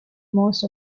most